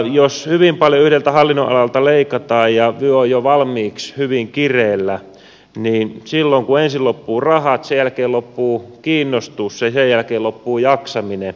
jos hyvin paljon yhdeltä hallinnonalalta leikataan ja vyö on jo valmiiksi hyvin kireällä niin silloin ensin loppuvat rahat sen jälkeen loppuu kiinnostus ja sen jälkeen loppuu jaksaminen